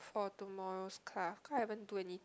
for tomorrow's class cause I haven't do anything